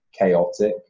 chaotic